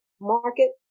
Market